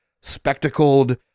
spectacled